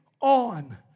on